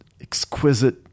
exquisite